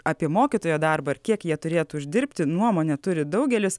apie mokytojo darbą ir kiek jie turėtų uždirbti nuomonę turi daugelis